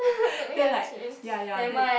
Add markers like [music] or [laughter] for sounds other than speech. [laughs] then like ya ya then [noise]